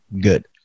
good